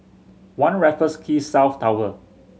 One Raffles Quay South Tower